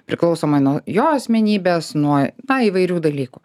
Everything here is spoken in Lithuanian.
priklausomai nuo jo asmenybės nuo na įvairių dalykų